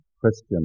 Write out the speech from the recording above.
Christian